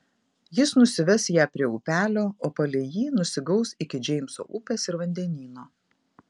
jis nusives ją prie upelio o palei jį nusigaus iki džeimso upės ir vandenyno